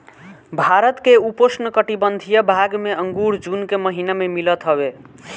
भारत के उपोष्णकटिबंधीय भाग में अंगूर जून के महिना में मिलत हवे